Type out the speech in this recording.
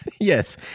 Yes